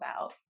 out